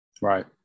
right